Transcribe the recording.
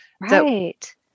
Right